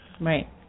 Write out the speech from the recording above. right